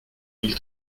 mille